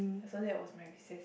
so that was my recess